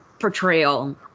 portrayal